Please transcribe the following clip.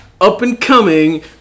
up-and-coming